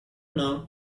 know